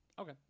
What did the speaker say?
Okay